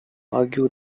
argue